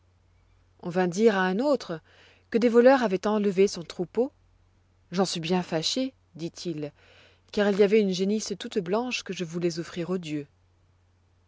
on vint dire à un autre que des voleurs avoient enlevé son troupeau j'en suis bien fâché dit-il car il y avoit une génisse toute blanche que je voulois offrir aux dieux